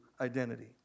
identity